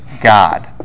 God